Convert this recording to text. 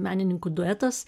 menininkų duetas